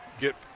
get